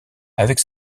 avec